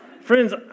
Friends